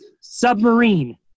Submarine